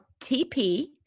TP